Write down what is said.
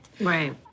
Right